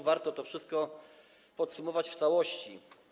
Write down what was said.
Warto to wszystko podsumować w całości.